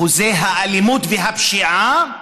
אחוזי האלימות והפשיעה,